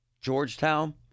Georgetown